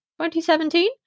2017